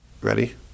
ready